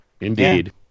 Indeed